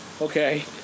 Okay